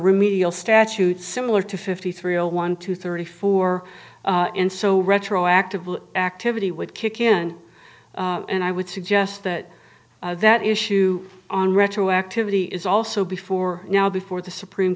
remedial statute similar to fifty three a one to thirty four and so retroactively activity would kick in and i would suggest that that issue on retroactivity is also before now before the supreme